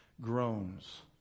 groans